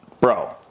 Bro